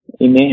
Amen